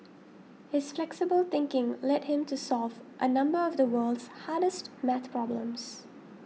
his flexible thinking led him to solve a number of the world's hardest math problems